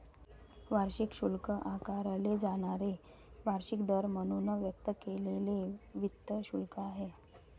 वार्षिक शुल्क आकारले जाणारे वार्षिक दर म्हणून व्यक्त केलेले वित्त शुल्क आहे